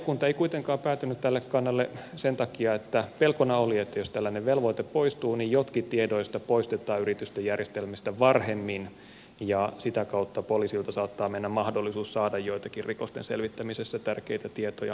valiokunta ei kuitenkaan päätynyt tälle kannalle sen takia että pelkona oli että jos tällainen velvoite poistuu niin jotkin tiedoista poistetaan yritysten järjestelmistä varhemmin ja sitä kautta poliisilta saattaa mennä mahdollisuus saada joitakin rikosten selvittämisessä tärkeitä tietoja omaan käyttöönsä